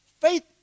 Faith